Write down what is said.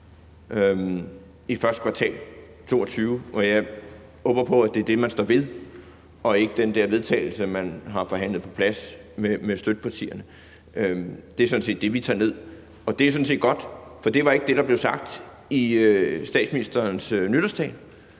i første kvartal 2022. Jeg håber på, at det er det, man står ved, og ikke det forslag til vedtagelse, som man har forhandlet på plads med støttepartierne. Det er sådan set det, vi tager ned. Det er sådan set godt, for det var ikke det, der blev sagt i statsministerens nytårstale,